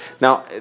Now